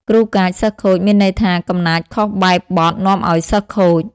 គ្រូកាច សិស្សខូច មានន័យថា កំណាចខុសបែបបទនាំឲ្យសិស្សខូច ។